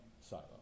silo